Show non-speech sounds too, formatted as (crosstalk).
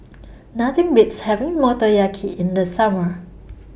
(noise) Nothing Beats having Motoyaki in The Summer